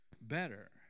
better